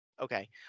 Okay